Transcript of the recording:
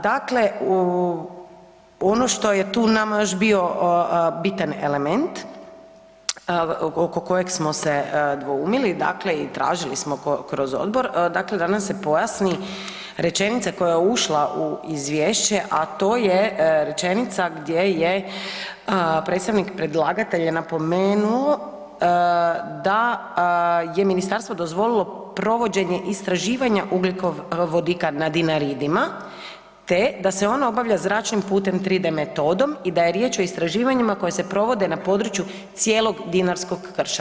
Dakle u ono što je tu nama još bio bitan element oko kojeg smo se dvoumili dakle i tražili smo kroz odbor, dakle da nam se pojasni rečenica koja je ušla u izvješće, a to je rečenica gdje je predstavnik predlagatelja napomenuo da je ministarstvo dozvolilo provođenje istraživanja ugljikovodika na Dinaridima te da se ono obavlja zračnim putem 3D metodom i da je riječ o istraživanjima koja se provode na području cijelog dinarskog krša.